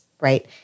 right